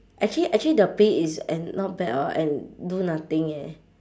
actually actually the pay is and not bad orh and do nothing eh